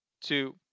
two